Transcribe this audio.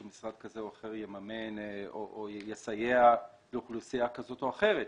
שמשרד כזה או אחר יממן או יסייע לאוכלוסייה כזאת או אחרת,